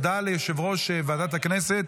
הודעה ליושב-ראש ועדת הכנסת.